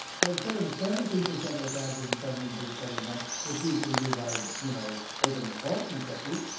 so instead of seventeen percent of the cancers in seventeen percent of the men, which you can do by you know opening a fortune cookie,